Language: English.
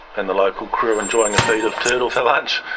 and the local crew enjoying a feed of turtle for lunch.